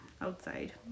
outside